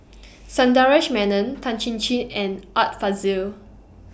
Sundaresh Menon Tan Chin Chin and Art Fazil